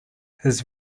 his